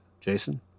Jason